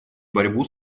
борьбу